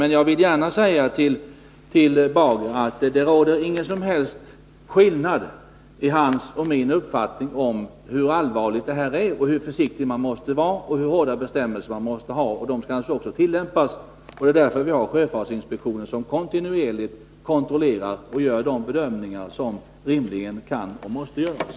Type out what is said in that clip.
Men jag vill gärna säga till Erling Bager att det inte råder någon som helst skillnad mellan hans och min uppfattning om hur allvarlig denna fråga är, om hur försiktig man måste vara och om hur hårda bestämmelser man måste ha. Dessa bestämmelser skall naturligtvis också tillämpas. Sjöfartsinspektionen utövar också kontinuerligt kontroll och gör de bedömningar som rimligen kan och måste göras.